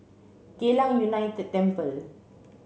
Geylang United Temple